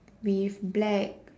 with black